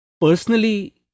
personally